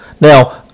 Now